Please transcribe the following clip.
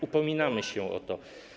Upominamy się o to.